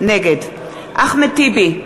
נגד אחמד טיבי,